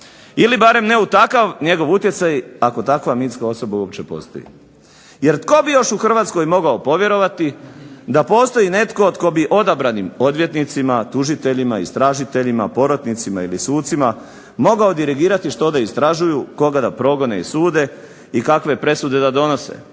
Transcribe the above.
ili barem ne u takav njegov utjecaj ako takva mitska osoba uopće postoji. Jer tko bi još u Hrvatskoj mogao povjerovati da postoji netko tko bi odabranim odvjetnicima, tužiteljima, istražiteljima, porotnicima ili sucima mogao dirigirati što da istražuju, koga da progone i sude i kakve presude da donose.